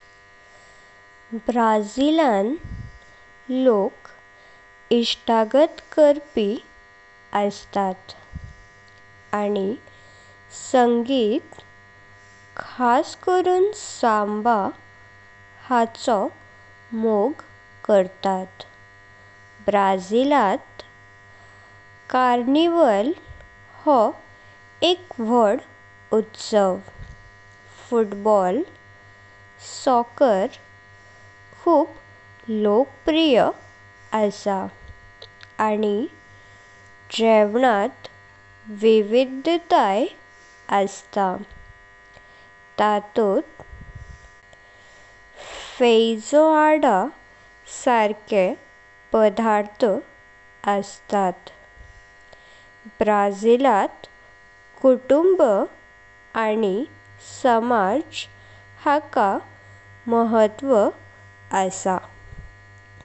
ब्राज़ील'अन लोक्क इष्तागथ करपी अस्तात। आनी संगीत खास करून साम्बा हाचो मोग्ग करतात। ब्राज़ील'त कार्निवल हो व्हड उत्सव। फुटबॉल (सॉकर) खूब लोकोप्रिय असा आनी जेवणात विविध्ताय अस्त। तातुथ फेजोआडा सारके परदार्थ अस्तात। ब्राज़ील'त कुटुंब आनी समाज हाका महत्त्व असा